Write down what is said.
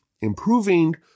improving